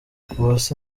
uwase